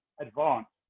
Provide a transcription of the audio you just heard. advanced